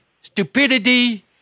stupidity